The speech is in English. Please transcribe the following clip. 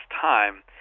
time